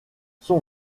son